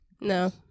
no